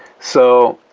so,